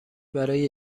برای